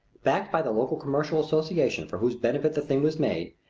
backed by the local commercial association for whose benefit the thing was made,